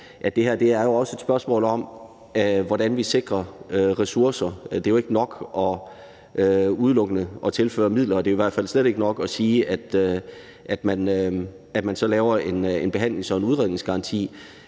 det her jo også er et spørgsmål om, hvordan vi sikrer ressourcer. Det er jo ikke nok udelukkende at tilføre midler, og det er i hvert fald slet ikke nok at sige, at man så laver en behandlings- og udredningsgaranti,